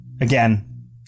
again